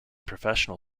professional